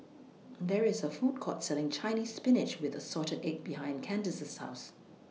There IS A Food Court Selling Chinese Spinach with Assorted Eggs behind Candice's House